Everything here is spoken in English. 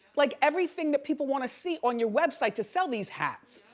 like everything that people wanna see on your website to sell these hats.